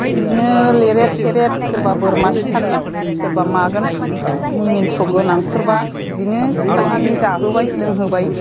ओरैनो लेरेथ थेरेथ सोरबा बोरमा सिथारगोन सोरबा मागोन मिनिनसु गोनांफोरब्ला बिदिनो सिथारनानै जाहोबाय लोंहोबाय